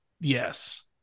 Yes